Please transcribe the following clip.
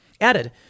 added